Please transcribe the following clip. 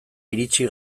iritsi